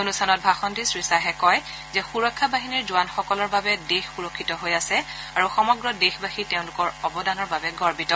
অনুষ্ঠানত ভাষণ দি শ্ৰীয়াহে কয় যে সুৰক্ষা বাহিনীৰ জোৱানসকলৰ বাবে দেশ সুৰক্ষিত হৈ আছে আৰু সমগ্ৰ দেশবাসী তেওঁলোকৰ অৱদানৰ বাবে গৰ্বিত